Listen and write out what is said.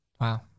Wow